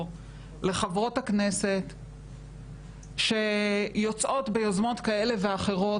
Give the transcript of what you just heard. לחברות הכנסת שיוצאות ביוזמות כאלה ואחרות,